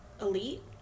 elite